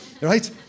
Right